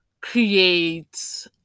create